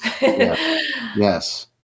Yes